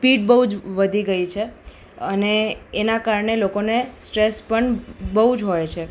speed બહુ જ વધી ગઈ છે અને એના કારણે લોકોને સ્ટ્રેસ પણ બહુ જ હોય છે